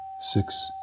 six